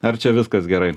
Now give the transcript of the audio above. ar čia viskas gerai